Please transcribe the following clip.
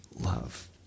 love